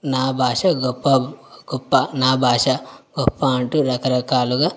నా భాష గొప్ప గొప్ప నా భాష గొప్ప అంటూ రకరకాలుగా